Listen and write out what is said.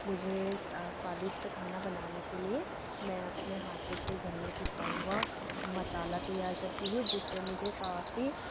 मुझे स्वादिष्ट खाना बनाने के लिए मैं अपने हाथों से घर में पीसा हुआ मसाला तैयार करती हूँ जिससे मुझे काफ़ी